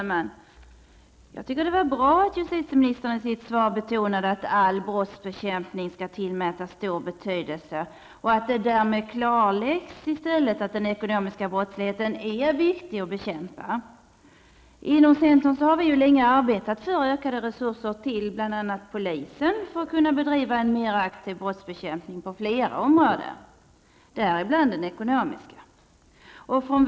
Herr talman! Det var bra att justitieministern i sitt svar betonade att all brottsbekämpning skall tillmätas stor betydelse och att det därmed klarlades att den ekonomiska brottsligheten är viktig att bekämpa. Inom centern har vi länge arbetat för ökade resurser till bl.a. polisen, för att den skall kunna bedriva en mera aktiv brottsbekämpning på flera områden, däribland det ekonomiska området.